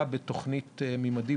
משרד הביטחון בדבר מתן מלגת "ממדים